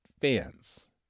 fans